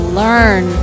learn